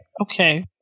Okay